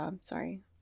sorry